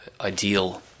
ideal